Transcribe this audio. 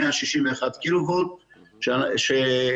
161 קילו וולט שהוא